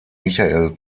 michael